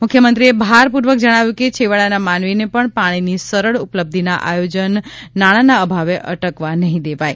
મુખ્યમંત્રીએ ભાર પૂર્વક જણાવ્યું કે છેવડાના માનવીને પણ પાણીની સરળ ઉપલબ્ધિના આયોજન નાણાંના અભાવે અટકવા નહીં દેવાય